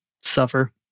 suffer